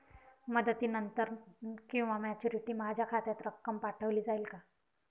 मुदतीनंतर किंवा मॅच्युरिटी माझ्या खात्यात रक्कम पाठवली जाईल का?